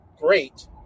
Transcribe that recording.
great